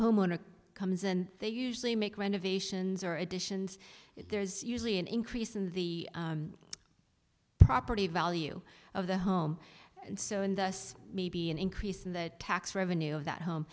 homeowner comes in they usually make renovations or additions there's usually an increase in the property value of the home and so in the us maybe an increase in the tax revenue of that home